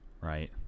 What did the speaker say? right